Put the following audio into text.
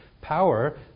power